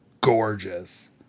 gorgeous